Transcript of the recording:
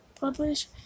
publish